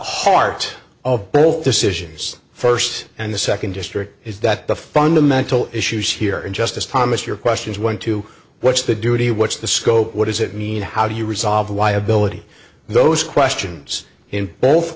heart of both decisions first and the second district is that the fundamental issues here in justice thomas your questions went to what's the duty what's the scope what does it mean how do you resolve why ability those questions in both